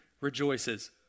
rejoices